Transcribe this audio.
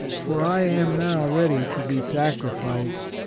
for i am now ready to be sacrificed,